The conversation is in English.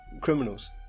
criminals